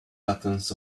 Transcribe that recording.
buttons